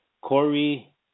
Corey